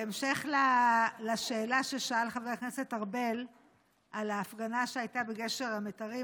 בהמשך לשאלה ששאל חבר הכנסת ארבל על ההפגנה שהייתה בגשר המיתרים,